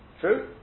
True